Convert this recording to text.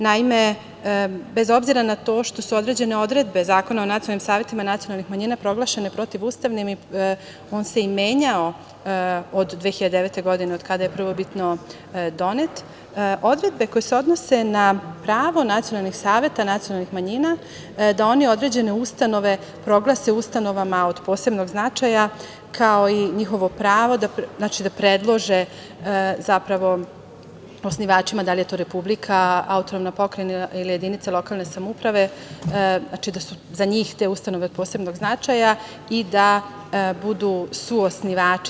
Naime, bez obzira na to što se određene odredbe Zakona o nacionalnim savetima nacionalnih manjinama proglašene protivustavnim, on se i menjao od 2009. godine od kada je prvobitno donet, odredbe koje se odnose na pravo nacionalnih saveta nacionalnih manjina, da one određene ustanove proglase ustanovama od posebnog značaj, kao i njihovo pravo, znači da predlože, zapravo osnivačima, da li je to republika, autonomna pokrajina ili jedinica lokalne samouprave, znači da su za njih te ustanove od posebnog značaj i da budu suosnivači.